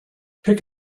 pick